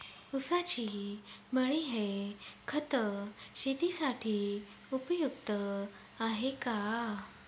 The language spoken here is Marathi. ऊसाची मळी हे खत शेतीसाठी उपयुक्त आहे का?